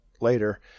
later